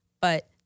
but-